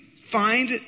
find